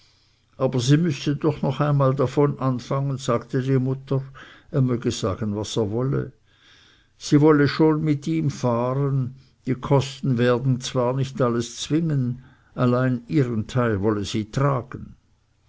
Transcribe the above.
aber sie müsse doch noch einmal davon anfangen sagte die mutter er möge sagen was er wolle sie wolle schon mit ihm fahren die kosten werden zwar nicht alles zwingen allein ihren teil wolle sie tragen